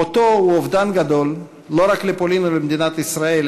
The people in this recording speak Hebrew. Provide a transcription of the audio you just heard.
מותו הוא אובדן גדול לא רק לפולין ולמדינת ישראל,